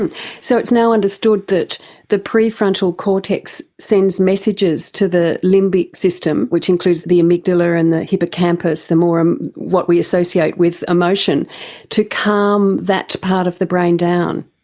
and so it's now understood that the pre-frontal cortex sends messages to the limbic system which includes the amygdala and the hippocampus the more of um what we associate with emotion to calm that part of the brain down.